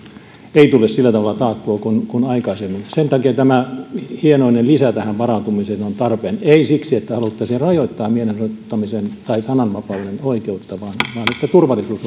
ei tule sillä tavalla taatuksi kuin aikaisemmin sen takia tämä hienoinen lisä tähän varautumiseen on tarpeen ei siksi että haluttaisiin rajoittaa mielenosoittamisen tai sananvapauden oikeutta vaan vaan että turvallisuus